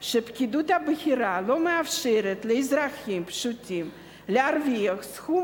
שהפקידות הבכירה לא מאפשרת לאזרחים פשוטים להרוויח סכום